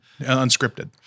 unscripted